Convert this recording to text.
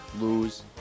lose